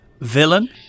Villain